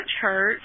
church